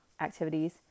activities